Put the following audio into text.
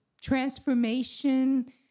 transformation